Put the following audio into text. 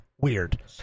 Weird